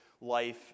life